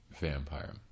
vampire